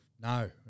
no